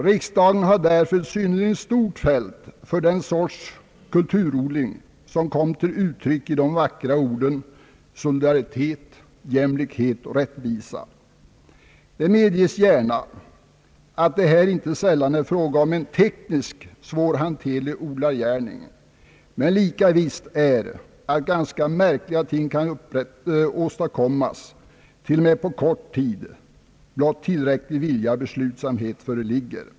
Riksdagen har därför ett synnerligen stort fält för den sorts kulturodling som kom till uttryck i de vackra orden solidaritet, jämlikhet och rättvisa. Det medges gärna att det här inte sällan är fråga om en tekniskt svårhanterlig odlargärning, men lika visst är att ganska märkliga ting kan åstadkommas t.o.m. på kort tid blott tillräcklig vilja och beslutsamhet föreligger.